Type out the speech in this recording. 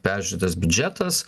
peržiūrėtas biudžetas